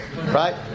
right